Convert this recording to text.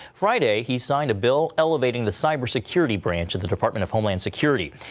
friday he signed a bill elevating the cyber security branch in the department of homeland security.